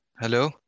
hello